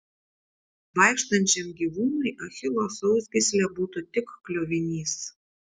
vaikštančiam gyvūnui achilo sausgyslė būtų tik kliuvinys